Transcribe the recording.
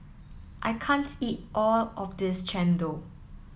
I can't eat all of this Chendol